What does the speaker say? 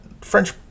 French